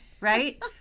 Right